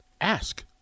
Ask